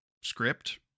script